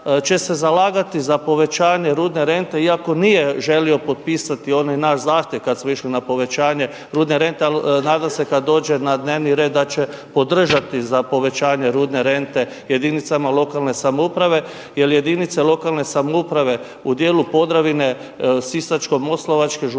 će se zalagati za povećanje rudne rente iako nije želio potpisati onaj naš zahtjev kada smo išli na povećanje rudne rente, ali nadam se da kada dođe na dnevni red da će podržati za povećanje rudne rente jedinica lokalne samouprave jer jedinice lokalne samouprave u dijelu Podravine Sisačko-moslavačke županije